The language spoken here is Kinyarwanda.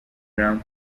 jean